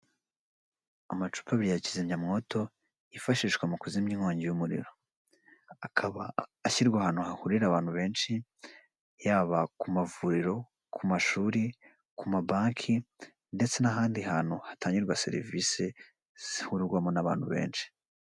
Amacupa abiri ya kizimyamwoto yifashishwa mu kuzimya inkongi y'umuriro, akaba ashyirwa ahantu hahurira abantu benshi yaba ku mavuriro, ku mashuri, ku mabanki ndetse n'ahandi hantu hatangirwa serivisi zihurwamo n'abantu benshi.